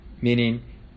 meaning